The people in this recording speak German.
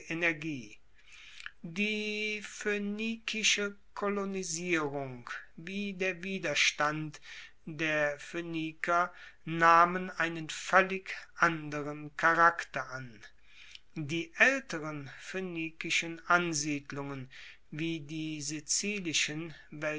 die phoenikische kolonisierung wie der widerstand der phoeniker nahmen einen voellig anderen charakter an die aelteren phoenikischen ansiedlungen wie die sizilischen